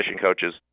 coaches